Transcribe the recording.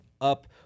up